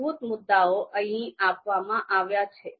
મૂળભૂત મુદ્દાઓ અહીં આપવામાં આવ્યા છે